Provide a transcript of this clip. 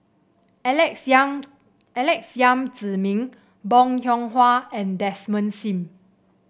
Alex Yam Alex Yam Ziming Bong Hiong Hwa and Desmond Sim